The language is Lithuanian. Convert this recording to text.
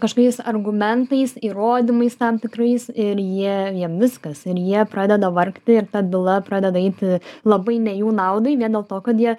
kažkokiais argumentais įrodymais tam tikrais ir jie jiem viskas ir jie pradeda vargti ir ta byla pradeda eiti labai ne jų naudai vien dėl to kad jie